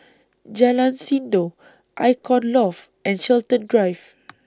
Jalan Sindor Icon Loft and Chiltern Drive